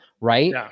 right